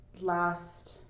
Last